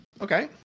Okay